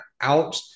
out